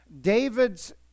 David's